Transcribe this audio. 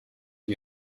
you